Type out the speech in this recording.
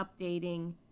updating